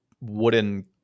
wooden